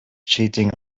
cheating